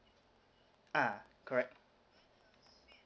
ah correct